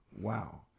Wow